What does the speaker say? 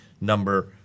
number